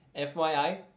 FYI